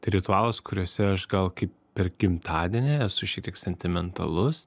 tai ritualas kuriuose aš gal kaip per gimtadienį esu šitiek sentimentalus